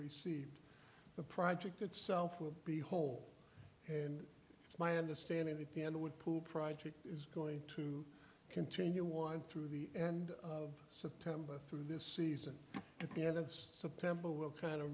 received the project itself will be whole and it's my understanding that the end would pool pride is going to continue one through the end of september through this season at the end of september we'll kind of